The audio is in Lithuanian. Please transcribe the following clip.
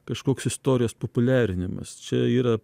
kažkoks istorijos populiarinimas čia yra